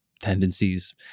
tendencies